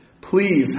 Please